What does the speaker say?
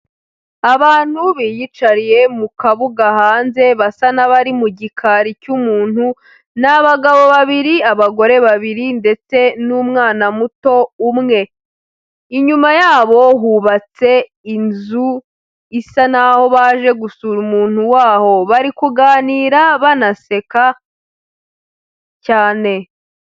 Abantu biyicariye mu kabuga hanze basa n'abari mu gikari cy'umuntu, ni abagabo babiri, abagore babiri ndetse n'umwana muto umwe, inyuma yabo hubatse inzu isa n'aho baje gusura umuntu waho bari kuganira banaseka cyane.